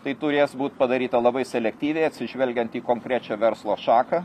tai turės būt padaryta labai selektyviai atsižvelgiant į konkrečią verslo šaką